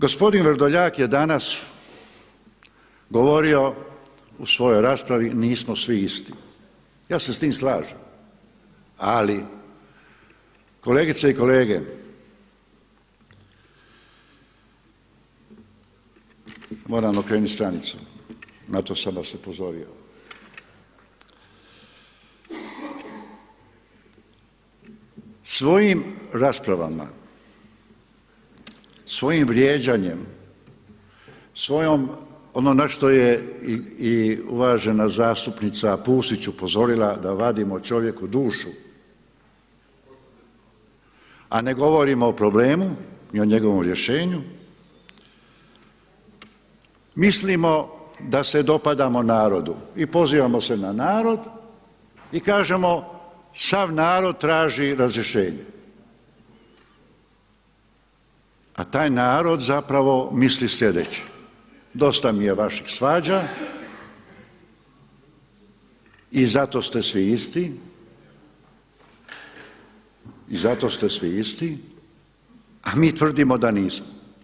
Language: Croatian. Gospodin Vrdoljak je danas govorio u svojoj raspravi nismo svi isti, ja se s tim slažem, ali kolegice i kolege, moram okrenut stranicu na to sam vas upozorio, svojim raspravama, svojim vrijeđanjem, svojim ono na što je i uvažena zastupnica Pusić upozorila da vadimo čovjeku dušu, a ne govorimo o problemu i o njegovom rješenju, mislimo da se dopadamo narodu i pozivamo se na narod i kažemo sav narod traži razrješenje, a taj narod zapravo misli sljedeće, dosta mi je vaših svađa i zato ste svi isti, a mi tvrdimo da nismo.